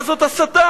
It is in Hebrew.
מה זאת הסתה?